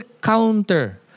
counter